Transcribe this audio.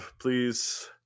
please